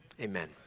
Amen